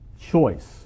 choice